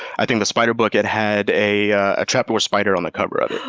i think the spider book had had a ah trapdoor spider on the cover of